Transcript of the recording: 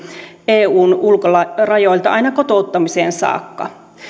eun ulkorajoilta aina kotouttamiseen saakka